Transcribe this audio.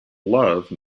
love